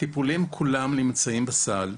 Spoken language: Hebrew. הטיפולים כולם נמצאים בסל.